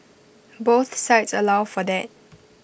both sites allow for that